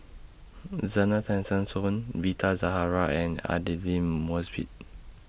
Zena Tessensohn Rita Zahara and Aidli Mosbit